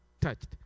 touched